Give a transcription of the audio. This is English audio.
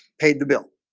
paid the bill